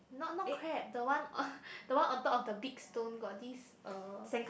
not not crab the one the one on top of the big stone got this uh